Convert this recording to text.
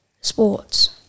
sports